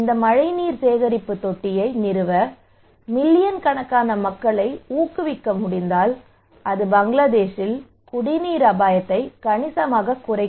இந்த மழைநீர் சேகரிப்பு தொட்டியை நிறுவ மில்லியன் கணக்கான மக்களை ஊக்குவிக்க முடிந்தால் அது பங்களாதேஷில் குடிநீர் அபாயத்தை கணிசமாகக் குறைக்கும்